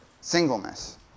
singleness